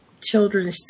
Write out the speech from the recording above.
children